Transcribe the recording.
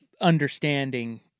understanding